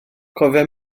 cofia